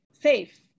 safe